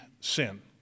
sin